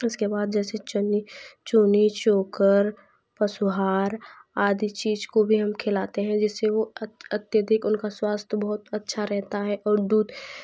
उसके बाद जैसे चन्नी चोनी चोकर पशुहार आदि चीज़ को भी हम खिलाते हैं जिससे वो अत्यधिक उनका स्वास्थ्य बहुत अच्छा रहता है और दूध